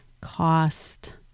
cost